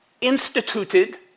instituted